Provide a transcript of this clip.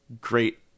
great